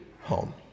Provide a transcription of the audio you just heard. home